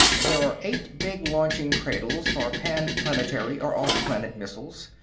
there are eight big launching cradles for panplanetary or off-planet missiles.